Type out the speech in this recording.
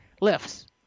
lifts